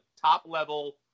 top-level